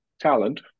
talent